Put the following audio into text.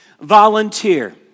Volunteer